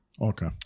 Okay